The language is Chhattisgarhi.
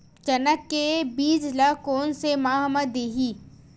चना के बीज ल कोन से माह म दीही?